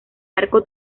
arco